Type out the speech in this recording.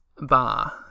bar